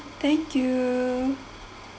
thank you